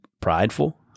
prideful